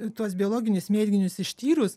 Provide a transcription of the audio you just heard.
tuos biologinius mėginius ištyrus